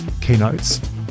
keynotes